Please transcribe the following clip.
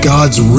God's